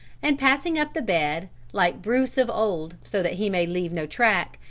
and passing up the bed, like bruce of old, so that he may leave no track,